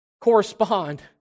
correspond